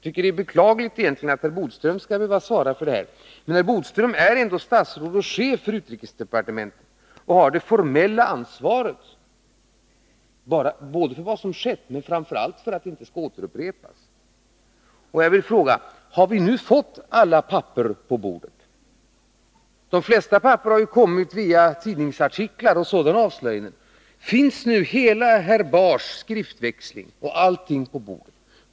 Det är egentligen beklagligt att herr Bodström skall svara för detta, men herr Bodström är ändå statsråd och chef för utrikesdepartementet och har det formella ansvaret för vad som skett och framför allt för att det inte skall upprepas. Jag vill fråga: Har vi nu fått alla papper på bordet? De flesta papper har ju avslöjats genom tidningsartiklar etc. Finns nu hela herr Bahrs skriftväxling och alla papper i det sammanhanget på bordet?